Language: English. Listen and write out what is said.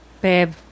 babe